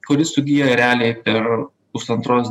kuris sugyja realiai per pusantros